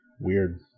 Weird